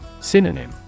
Synonym